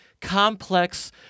complex